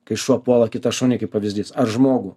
kai šuo puola kitą šunį kaip pavyzdys aš žmogų